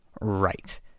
Right